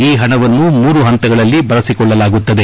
ಈ ಪಣವನ್ನು ಮೂರು ಪಂತಗಳಲ್ಲಿ ಬಳಸಿಕೊಳ್ಳಲಾಗುತ್ತದೆ